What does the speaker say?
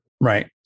right